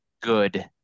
good